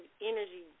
energy